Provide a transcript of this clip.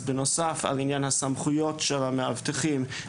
בנוסף על עניין הסמכויות של המאבטחים,